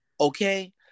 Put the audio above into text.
okay